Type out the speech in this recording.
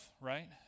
right